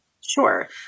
Sure